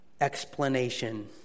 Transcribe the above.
explanation